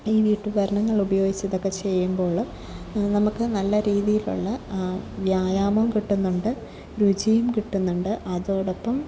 ഈ വീട്ടുപകരണങ്ങളുപയോഗിച്ച് ഇതൊക്കെ ചെയ്യുമ്പോഴും നമുക്ക് നല്ല രീതിയിലുള്ള വ്യായാമം കിട്ടുന്നുണ്ട് രുചിയും കിട്ടുന്നുണ്ട് അതോടൊപ്പം